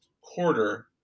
quarter